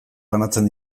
banatzen